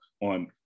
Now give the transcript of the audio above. on